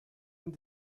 and